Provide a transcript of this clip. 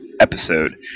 episode